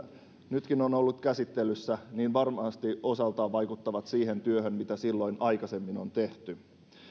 nytkin on ollut käsittelyssä varmasti osaltaan vaikuttavat siihen työhön mitä silloin aikaisemmin on tehty